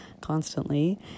constantly